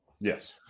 Yes